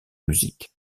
musique